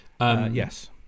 Yes